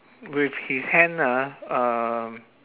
with his hand ah um